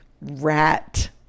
rat